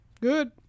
Good